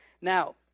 Now